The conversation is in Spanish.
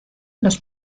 los